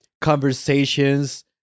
Conversations